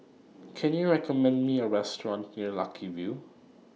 Can YOU recommend Me A Restaurant near Lucky View